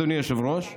אדוני היושב-ראש,